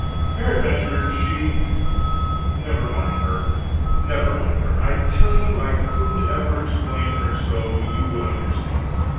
peradventure she never mind her never mind her i tell you i couldn't ever explain her so you would understand.